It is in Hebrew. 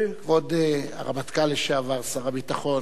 כבוד הרמטכ"ל לשעבר, שר הביטחון,